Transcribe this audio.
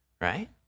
right